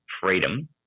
freedom